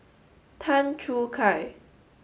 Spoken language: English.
Tan Choo Kai